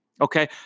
Okay